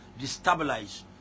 destabilize